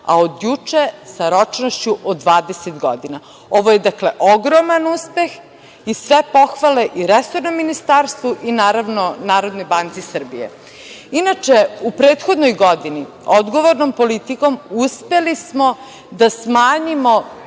a juče sa ročnošću od 20 godina. Ovo je ogroman uspeh i sve pohvale resornom ministarstvu i, naravno, Narodnoj banci Srbije. Inače, u prethodnoj godini odgovornom politikom uspeli smo da smanjimo